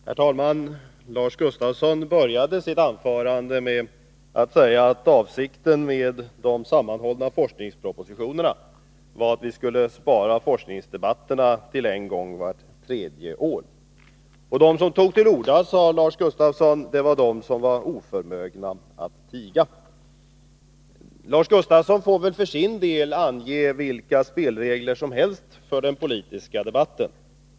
Herr talman! Lars Gustafsson inledde sitt anförande med att säga att avsikten med de sammanhållna forskningspropositionerna var att vi skulle spara forskningsdebatterna till en gång vart tredje år. De som tog till orda var enligt Lars Gustafsson de som var oförmögna att tiga. Lars Gustafsson får för sin del ange vilka spelregler som helst för den politiska debatten.